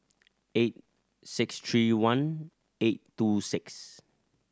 eight six three one eight two six